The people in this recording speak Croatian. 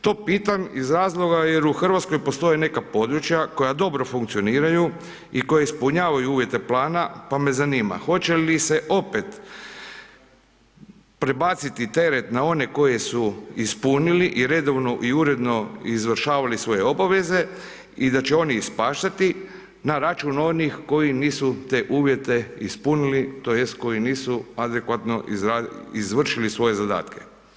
To pitam iz razloga jer u Hrvatskoj postoje neka područja koja dobro funkcioniraju i koja ispunjavaju uvjete plana pa me zanima hoće li se opet prebaciti teret na one koji su ispunili i redovno i uredno izvršavali svoje obaveze i da će oni ispaštati na račun onih koji nisu te uvjete ispunili tj. koji nisu adekvatno izvršili svoje zadatke.